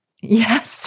Yes